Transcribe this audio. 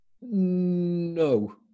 no